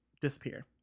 disappear